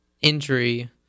injury